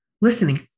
listening